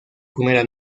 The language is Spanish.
primera